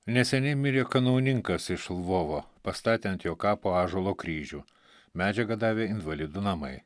neseniai mirė kanauninkas iš lvovo pastatė ant jo kapo ąžuolo kryžių medžiagą davė invalidų namai